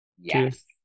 Yes